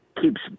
keeps